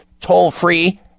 toll-free